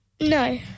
No